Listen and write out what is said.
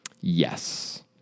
Yes